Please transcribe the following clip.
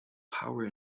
power